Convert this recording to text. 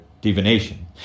divination